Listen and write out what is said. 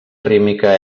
rítmica